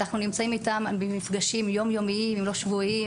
אנחנו נמצאים איתם במפגשים יום-יומיים אם לא שבועיים,